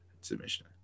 submission